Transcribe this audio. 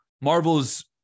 Marvel's